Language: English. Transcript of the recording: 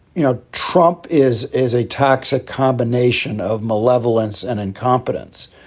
you know, trump is is a toxic combination of malevolence and incompetence.